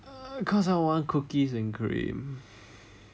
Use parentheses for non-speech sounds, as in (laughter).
(noise) cause I want cookies and cream